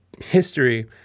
history